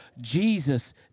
Jesus